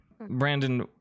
Brandon